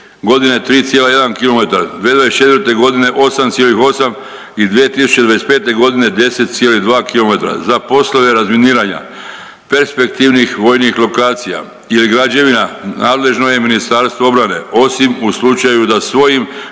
g. 3,1 kilometar, 2024. g. 8,8 i 2025. g. 10,2 kilometra, za poslove razminiranja, perspektivnih vojnih lokacija ili građevina, nadležno je MORH, osim u slučaju da svojim